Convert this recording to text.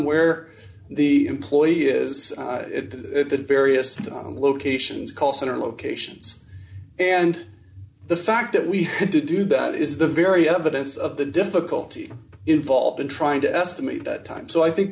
where the employee is at the various locations call center locations and the fact that we had to do that is the very evidence of the difficulty involved in trying to estimate that time so i think